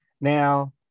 Now